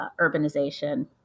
urbanization